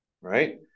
right